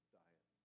diet